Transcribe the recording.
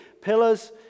Pillars